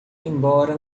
embora